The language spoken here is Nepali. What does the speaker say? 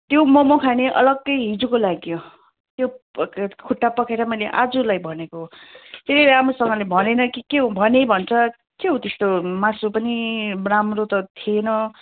त्यो मोमो खाने अलग्गै हिजोको लागि हो त्यो खुट्टा पखेटा मैले आजलाई भनेको हो त्यसले राम्रोसँगले भनेन कि के हो भनेँ भन्छ के हो त्यस्तो मासु पनि राम्रो त थिएन